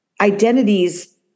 identities